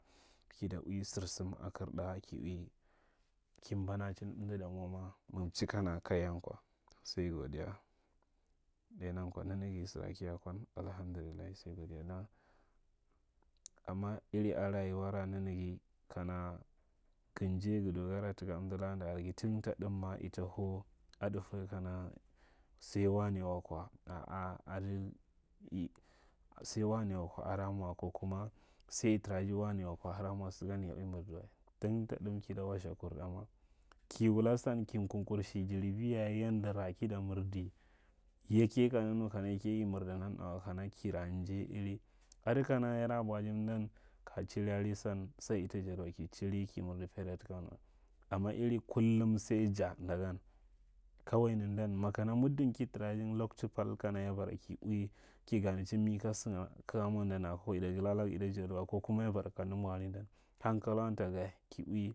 Kita ui sarsam a kinɗa, ki ui ki mbanachin amda damwa ma, mak mchi ka naka yankwa. Sai godiya. Dai nyankwa nanaga sara kaya kwan alhamdillahi sai godiya amma iri a rayuwara wanaga kana kin jai ki dogara ta amdara nda are ga tna ta daamma ita hau a ɗetawai kana sai wane waka a’a ada i, sai wane waka ada mwa wa ko kuma sai tera ji wane waka harmwe sagan ya ui marda wa. Don ta dam kita wasthakur ɗar ma, ki wul san ki kurku shi jiribi yaye, yandara kin da mirdi, yi yake kamda nu kana yake ya mirdi nana wa, kana kira njai iri. Ada kana ada kana yada bwa ji mdan ka chiriri san, san ita jadiwa chiriki mirdi paida takan wa. Amma iri kullum sai ja nda gan kawai nandan maka mudu ki tara jin loktu pal kana ya bara ki ui ki ganechin me ka sanda, ka ga mwa ndan akwa ita galalak ita jadiwa ko kuma ya bara kamaa mwa ri ndan hankakwai ta ga ki ui.